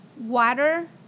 water